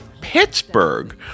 Pittsburgh